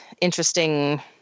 interesting